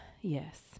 yes